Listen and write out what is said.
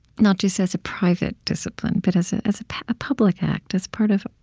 not just as a private discipline, but as as a public act, as part of